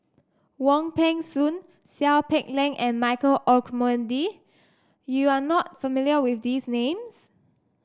Wong Peng Soon Seow Peck Leng and Michael Olcomendy you are not familiar with these names